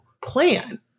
plan